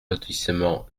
lotissement